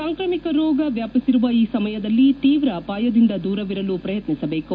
ಸಾಂಕ್ರಾಮಿಕ ರೋಗ ವ್ಲಾಪಿಸಿರುವ ಈ ಸಮಯದಲ್ಲಿ ತೀವ್ರ ಅಪಾಯದಿಂದ ದೂರವಿರಲು ಶ್ರಯತ್ನಿಸಬೇಕು